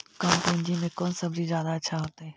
कम पूंजी में कौन सब्ज़ी जादा अच्छा होतई?